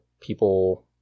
people